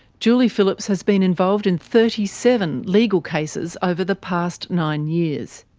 julie phillips has been involved in thirty seven legal cases over the past nine years.